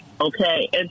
Okay